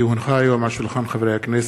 כי הונחה היום על שולחן הכנסת,